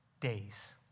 days